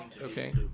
Okay